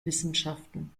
wissenschaften